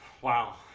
Wow